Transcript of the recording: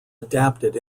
adapted